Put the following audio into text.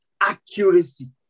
accuracy